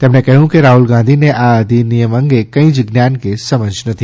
તેમણે કહ્યું કે રાહ્લ ગાંધીને આ અધિનિયમ અંગે કંઈ જ જ્ઞાન કે સમજ નથી